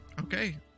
okay